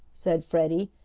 said freddie,